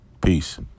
Peace